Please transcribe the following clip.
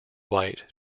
white